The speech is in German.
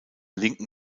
linken